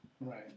Right